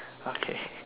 okay